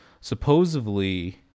Supposedly